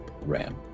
Ram